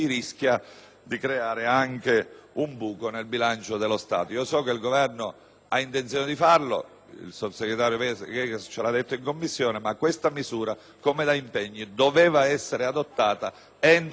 il sottosegretario Vegas ce lo ha detto in Commissione, ma questa misura, come da impegno, doveva essere adottata entro il 31 dicembre.